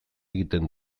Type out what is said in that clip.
egiten